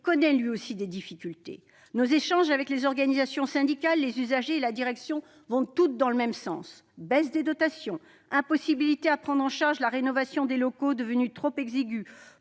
connaît lui aussi des difficultés. Nos échanges avec les organisations syndicales, les usagers et la direction sont tous allés dans le même sens : baisse des dotations, impossibilité de prendre en charge la rénovation de locaux devenus trop exigus